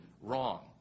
wrong